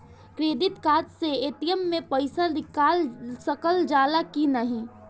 Credit card से ATM से पइसा निकाल सकल जाला की नाहीं?